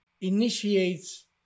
initiates